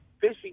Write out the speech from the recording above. fishing